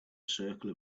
circle